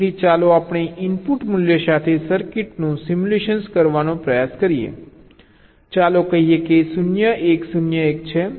તેથી ચાલો આપણે ઈનપુટ મૂલ્ય સાથે સર્કિટનું સિમ્યુલેટ કરવાનો પ્રયાસ કરીએ ચાલો કહીએ કે 0 1 0 1 છે